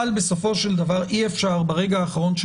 אבל בסופו של דבר אי אפשר ברגע האחרון של